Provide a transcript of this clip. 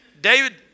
David